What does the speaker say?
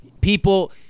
people